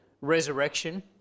resurrection